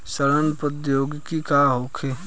सड़न प्रधौगिकी का होखे?